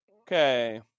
okay